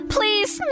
Please